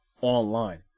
online